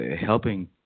helping